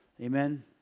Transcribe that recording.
Amen